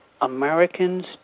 Americans